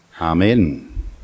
amen